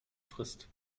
frist